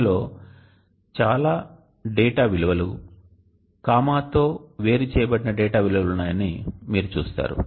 ఇందులో చాలా డేటా విలువలు కామాతో వేరు చేయబడిన డేటా విలువలు ఉన్నాయని మీరు చూస్తారు